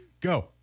Go